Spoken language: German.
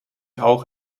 auch